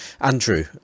Andrew